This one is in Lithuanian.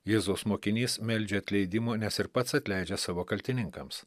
jėzaus mokinys meldžia atleidimo nes ir pats atleidžia savo kaltininkams